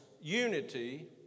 unity